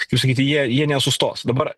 kaip sakyti jei jie nesustos dabar